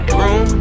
room